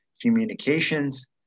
communications